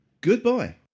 Goodbye